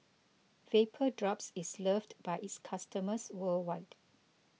Vapodrops is loved by its customers worldwide